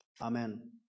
Amen